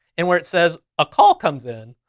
and where it says a call comes in.